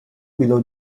below